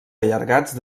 allargats